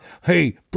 hey